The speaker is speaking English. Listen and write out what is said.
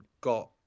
got